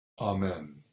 Amen